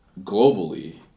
globally